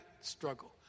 struggle